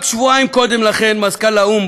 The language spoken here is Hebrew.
רק שבועיים קודם לכן מזכ"ל האו״ם,